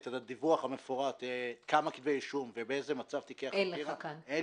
את הדיווח המפורט כמה כתבי אישום ובאיזה מצב תיקי חקירה אין לי.